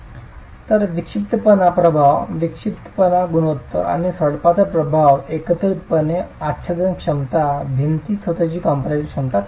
तर विक्षिप्तपणा प्रभाव विक्षिप्तपणा गुणोत्तर आणि सडपातळ प्रभाव एकत्रितपणे आच्छादन क्षमता भिंतीची स्वतःची कम्प्रेशन क्षमता कमी करते